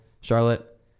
Charlotte